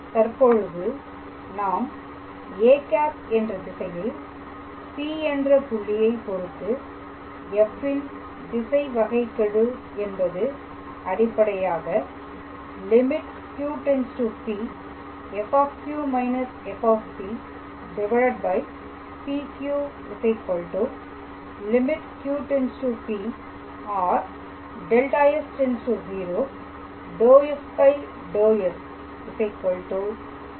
தற்பொழுது நாம்â என்ற திசையில் P என்ற புள்ளியை பொருத்து f திசை வகைக்கெழு என்பது அடிப்படையாகQ→P lim f−f PQ Q→P lim or δs→0 ∂f∂s dfds